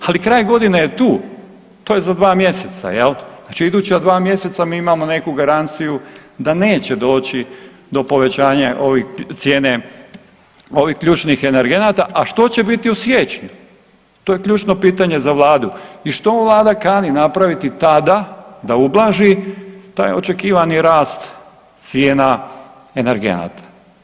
Ali kraj godine je tu, to je za dva mjeseca jel, znači iduća dva mjeseca mi imamo neku garanciju da neće doći do povećanja cijene ovih ključnih energenata, a što će biti u siječnju, to je ključno pitanje za vladu i što vlada kani napraviti tada da ublaži taj očekivani rast cijena energenata?